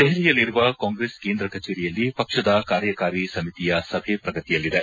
ದೆಹಲಿಯಲ್ಲಿರುವ ಕಾಂಗ್ರೆಸ್ ಕೇಂದ್ರ ಕಚೇರಿಯಲ್ಲಿ ಪಕ್ಷದ ಕಾರ್ಯಕಾರಿ ಸಮಿತಿಯ ಸಭೆ ಪ್ರಗತಿಯಲ್ಲಿದೆ